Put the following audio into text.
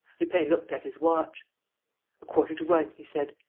lupin looked at his watch a quarter to one, he said.